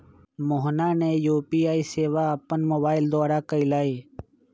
मोहना ने यू.पी.आई सेवा अपन मोबाइल द्वारा शुरू कई लय